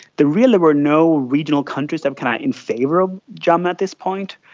there really were no regional countries that came out in favour of jammeh at this point.